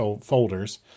folders